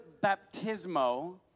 baptismo